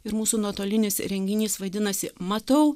ir mūsų nuotolinis renginys vadinasi matau